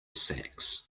sax